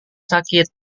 sakit